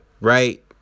Right